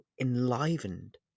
enlivened